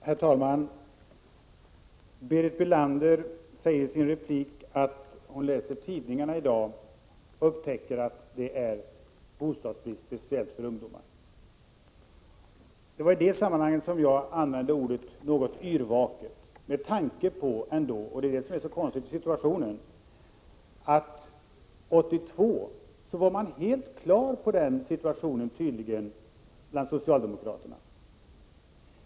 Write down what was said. Herr talman! Berit Bölander sade i sin replik att hon i tidningarna i dag har upptäckt att det råder bostadsbrist, speciellt när det gäller ungdomarna. I det sammanhanget använder jag ordet ”yrvaket” med tanke på att socialdemokraterna 1982 tydligen var helt på det klara med situationen.